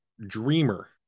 Dreamer